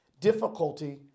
difficulty